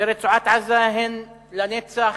ברצועת-עזה הן לנצח,